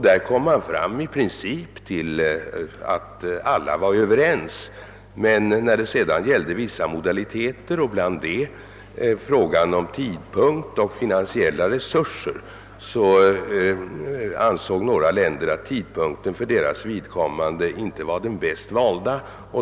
Där kom man fram till att alla i princip var överens, men när det gällde vissa modaliteter — bl.a. frågan om tidpunkt och finansiella resurser — ansåg några länder att tidpunkten för deras vidkommande inte var den bäst valda.